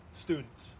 students